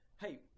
hey